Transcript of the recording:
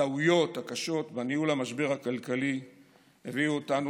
הטעויות הקשות בניהול המשבר הכלכלי הביאו אותנו